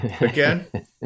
again